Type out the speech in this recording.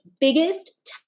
biggest